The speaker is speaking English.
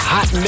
Hot